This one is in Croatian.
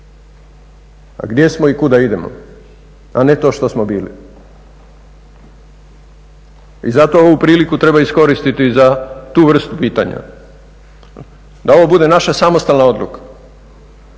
a gdje smo i kuda idemo, a ne to što smo bili. I zato ovu priliku treba iskoristiti za tu vrstu pitanja, da ovo bude naša samostalna odluka.